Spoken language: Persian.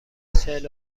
چهل